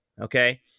Okay